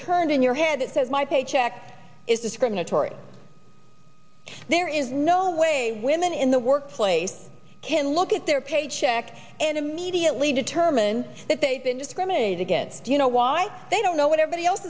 turned in your head that says my paycheck is discriminatory there is no way women in the workplace can look at their paycheck and immediately determine that they've been discriminated against you know why they don't know whatever